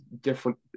different